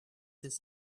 this